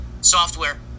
software